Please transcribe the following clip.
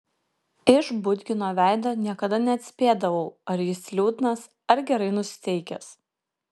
iš budgino veido niekada neatspėdavau ar jis liūdnas ar gerai nusiteikęs